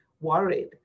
worried